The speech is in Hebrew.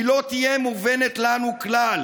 / היא לא תהיה מובנת כלל!